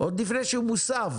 עוד לפני שהוא מוסב.